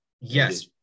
Yes